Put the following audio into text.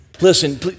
Listen